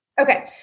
Okay